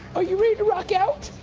are you ready to rock out?